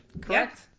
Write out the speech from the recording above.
correct